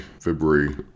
February